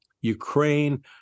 Ukraine